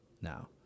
now